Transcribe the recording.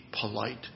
polite